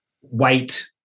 white